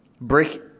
brick